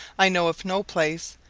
i know of no place,